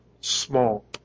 small